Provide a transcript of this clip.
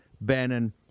Bannon